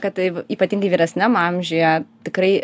kad taip ypatingai vyresniam amžiuje tikrai